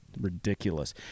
Ridiculous